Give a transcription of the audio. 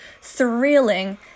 thrilling